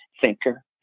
thinker